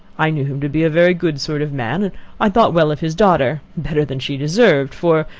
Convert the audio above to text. i knew him to be a very good sort of man, and i thought well of his daughter better than she deserved, for,